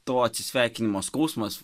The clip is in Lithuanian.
to atsisveikinimo skausmas